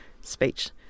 speech